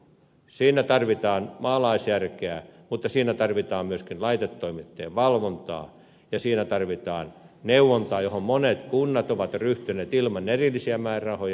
siinä tarvitaan maalaisjärkeä mutta siinä tarvitaan myöskin laitetoimittajien valvontaa ja siinä tarvitaan neuvontaa johon monet kunnat ovat jo ryhtyneet ilman erillisiä määrärahoja